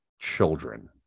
children